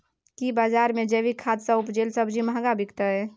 की बजार मे जैविक खाद सॅ उपजेल सब्जी महंगा बिकतै?